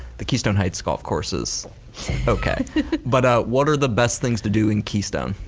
the keystone heights golf course is okay but what are the best things to do in keystone?